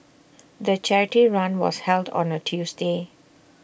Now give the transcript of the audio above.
the charity run was held on A Tuesday